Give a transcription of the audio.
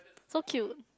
so cute